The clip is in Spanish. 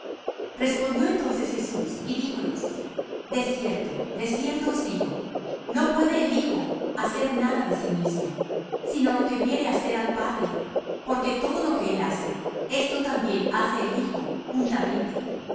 respondió entonces jesús y díjoles de cierto de cierto os digo no puede el hijo hacer nada de sí mismo sino lo que viere hacer al padre porque todo lo que él hace esto también hace el hijo juntamente